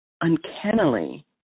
uncannily